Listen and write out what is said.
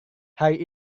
hari